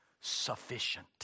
sufficient